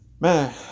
Man